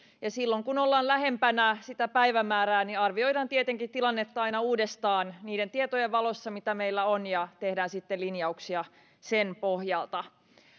ja silloin kun ollaan lähempänä sitä päivämäärää niin tietenkin arvioidaan tilannetta aina uudestaan niiden tietojen valossa mitä meillä on ja tehdään sitten linjauksia sen pohjalta